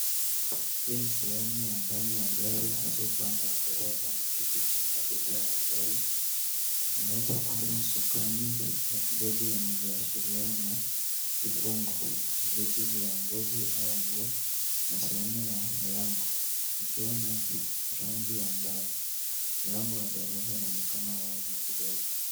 Hii ni sehemu ya ndani ya gari hasa upande wa dereva na kiti cha abiria wa mbele. Tunaweza kuona usukani, dashibodi yenye viashiria na vifungo. Viti vya ngozi au nguo na sehemu ya lango ikiwa na rangi ya mbao. Mlango wa dereva unaonekana wazi kidogo.